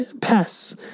pests